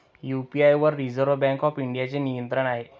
UPI वर Reserve Bank of इंडियाचे नियंत्रण आहे